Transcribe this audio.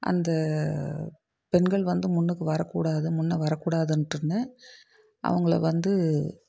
அந்த பெண்கள் வந்து முன்னுக்கு வரக்கூடாது முன்னே வரக்கூடாதுன்ட்டுன்னு அவங்கள வந்து